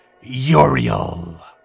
Uriel